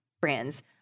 brands